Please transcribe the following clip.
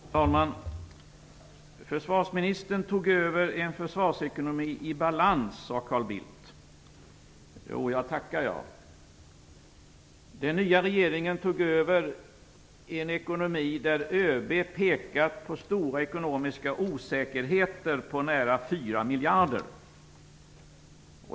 Fru talman! Försvarsministern tog över en försvarsekonomi i balans, sade Carl Bildt. Jo, jag tackar! Den nya regeringen tog över en ekonomi där ÖB pekat på stora ekonomiska osäkerheter på nära fyra miljarder.